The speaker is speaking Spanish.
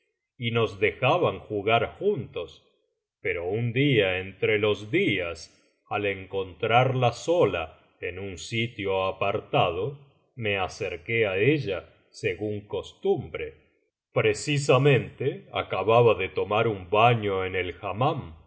y nos dejaban jugar juntos pero un día entre los días al encontrarla sola en un sitio apartado me acerqué á ella según costumbre precisamente acababa de tomar un baño en el